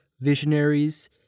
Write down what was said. visionaries